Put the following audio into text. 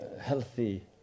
healthy